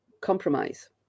compromise